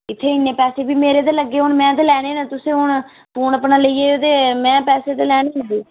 इत्थें इन्नै बी पैसे मेरे ते लग्गे हून में ते लैने ने तुसें हून फोन अपना लेई में ते पैसे ते लैने न